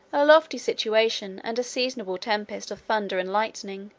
a lofty situation, and a seasonable tempest of thunder and lightning,